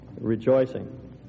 rejoicing